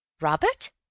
Robert